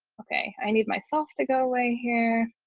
okay, i need myself to go away here.